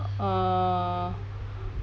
uh